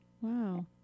wow